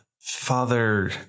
Father